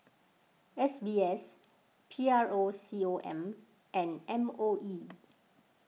S B S P R O C O M and M O E